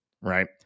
right